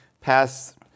past